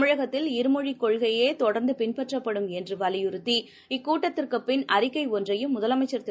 தமிழகத்தில் இருமொழிக் கொள்கையேதொடர்ந்துபின்பற்றப்படும் எனவலியுறுத்தி இக்கூட்டத்திற்குப் பின் அறிக்கைஒன்றையும் முதலமைச்சர் திரு